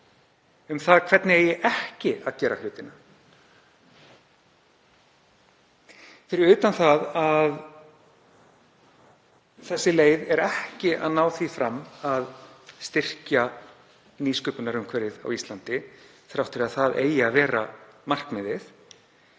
um það hvernig eigi ekki að gera hlutina. Fyrir utan það að þessi leið nær því ekki fram að styrkja nýsköpunarumhverfið á Íslandi, þrátt fyrir að það eigi að vera markmiðið,